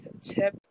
tip